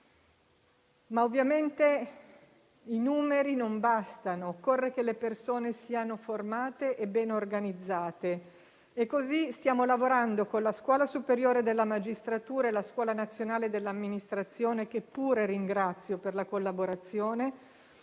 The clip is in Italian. Ovviamente però i numeri non bastano: occorre che le persone siano formate e ben organizzate, e così stiamo lavorando con la Scuola superiore della magistratura e la Scuola nazionale dell'amministrazione, che pure ringrazio per la collaborazione,